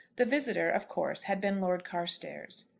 the visitor, of course, had been lord carstairs.